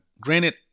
granted